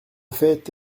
fait